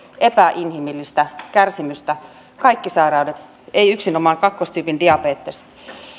epäinhimillistä kärsimystä kaikki sairaudet ei yksinomaan kakkostyypin diabetes